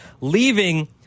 Leaving